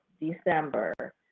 December